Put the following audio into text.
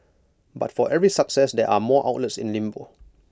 but for every success there are more outlets in limbo